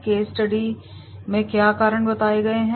case study में क्या कारण बताए गए हैं